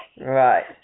Right